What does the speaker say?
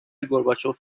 گورباچوف